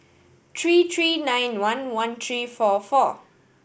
three three nine one one three four four